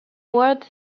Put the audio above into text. ward